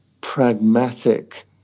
pragmatic